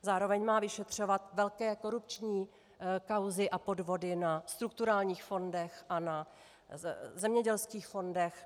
Zároveň má vyšetřovat velké korupční kauzy a podvody na strukturálních fondech a na zemědělských fondech.